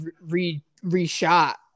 re-shot